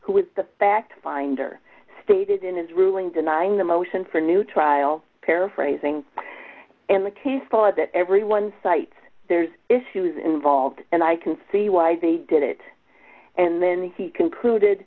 who was the fact finder stated in his ruling denying the motion for new trial paraphrasing in the case law that everyone cites there's issues involved and i can see why they did it and then he concluded